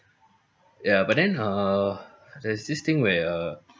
ya but then err there's this thing where uh